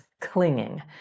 clinging